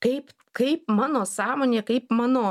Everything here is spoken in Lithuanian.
kaip kaip mano sąmonė kaip mano